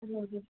बघू